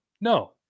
No